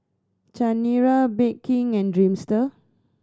Chanira Bake King and Dreamster